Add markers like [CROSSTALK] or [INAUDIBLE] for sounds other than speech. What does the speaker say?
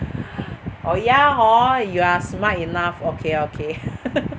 oh ya hor you are smart enough okay okay [LAUGHS]